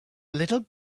little